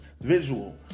visual